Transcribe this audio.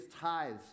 tithes